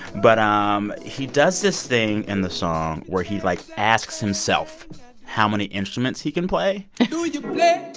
but um he does this thing in the song where he, like, asks himself how many instruments he can play do you play